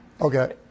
Okay